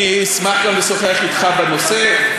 אני אשמח גם לשוחח אתך בנושא.